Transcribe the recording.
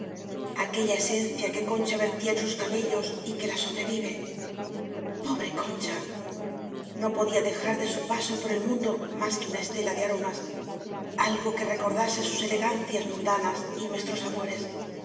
aquella esencia que con cha vertía en sus cabellos y que la sobrevive pobre concha no podía dejar de su paso por el mundo más que una estela de aromas algo que recordase sus elegancias mundanas y nuestros amores